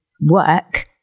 work